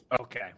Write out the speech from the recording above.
okay